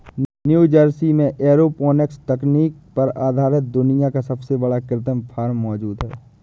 New Jersey में aeroponics तकनीक पर आधारित दुनिया का सबसे बड़ा कृत्रिम फार्म मौजूद है